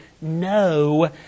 no